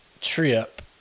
trip